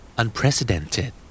Unprecedented